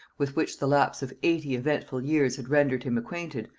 with which the lapse of eighty eventful years had rendered him acquainted,